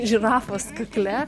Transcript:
žirafos kakle